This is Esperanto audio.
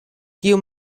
kiu